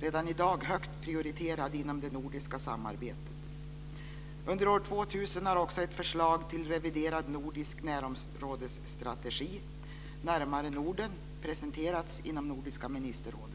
redan i dag är högt prioriterade inom det nordiska samarbetet. Under år 2000 har också ett förslag till reviderad nordisk närområdesstrategi, Närmare Norden, presenterats inom Nordiska ministerrådet.